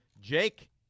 Jake